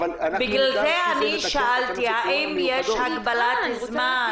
בגלל זה שאלתי האם יש הגבלת זמן.